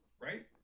right